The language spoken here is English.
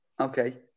Okay